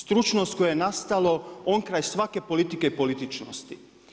Stručnost koje je nastalo, onkraj svake politike i političnosti.